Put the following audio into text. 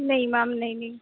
ਨਹੀਂ ਮੈਮ ਨਹੀਂ ਨਹੀਂ